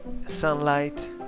sunlight